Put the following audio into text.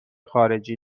خارجی